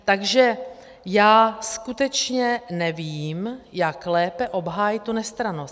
Takže já skutečně nevím, jak lépe obhájit tu nestrannost.